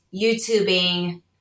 YouTubing